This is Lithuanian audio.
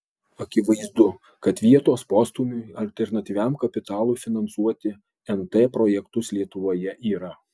akivaizdu kad vietos postūmiui alternatyviam kapitalui finansuoti nt projektus lietuvoje yra